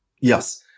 Yes